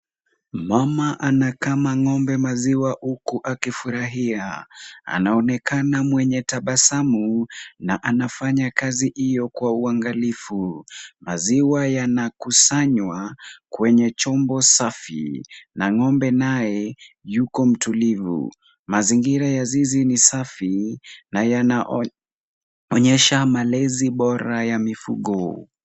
Mama anakama ng'ombe maziwa huku akifurahia. Anaonekana mwenye tabasamu na anafanya kazi hiyo kwa uangalifu. Maziwa yanakusanywa kwenye chombo safi na ng'ombe naye yuko mtulivu. Mazingira ya zizi ni safi na yanaonyesha malezi bora ya mifugo.